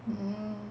mm